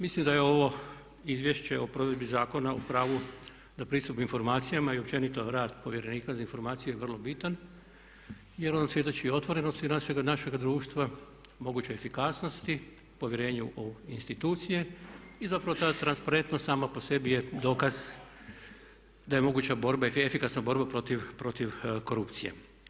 Mislim da je ovo Izvješće o provedbi Zakona o pravu na pristup informacijama i općenito rad povjerenika za informacije vrlo bitan jer on svjedoči otvorenosti našega društva, mogućoj efikasnosti, povjerenju u institucije i zapravo ta transparentnost sama po sebi je dokaz da je moguća borba i efikasna borba protiv korupcije.